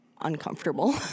uncomfortable